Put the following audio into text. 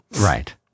Right